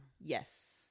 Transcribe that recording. Yes